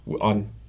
on